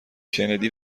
کندی